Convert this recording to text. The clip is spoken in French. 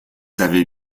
avez